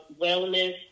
wellness